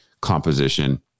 composition